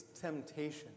temptation